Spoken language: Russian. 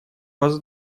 вас